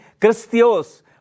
Christios